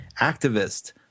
activist